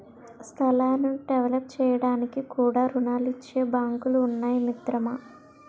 స్థలాలను డెవలప్ చేయడానికి కూడా రుణాలిచ్చే బాంకులు ఉన్నాయి మిత్రమా